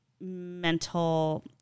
mental